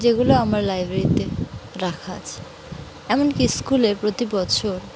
যেগুলো আমার লাইব্রেরিতে রাখা আছে এমনকি স্কুলে প্রতি বছর